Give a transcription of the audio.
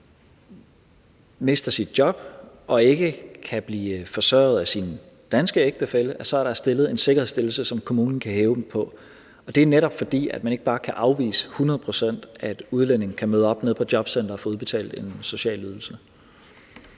mister sit job og ikke kan blive forsørget af sin danske ægtefælle, er der stillet en sikkerhedsstillelse, som kommunen kan hæve på. Det er netop, fordi man ikke bare kan afvise hundrede procent, at udlændinge kan møde op nede på jobcentret og få udbetalt en social ydelse.